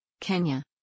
Kenya